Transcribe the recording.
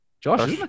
Josh